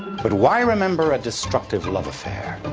but why remember a destructive love affair?